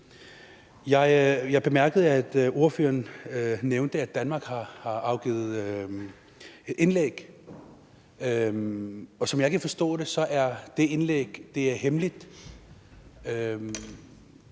Jeg bemærkede, at ordføreren nævnte, at Danmark har afgivet et indlæg, og som jeg kan forstå det, er det indlæg hemmeligt.